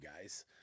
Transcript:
guys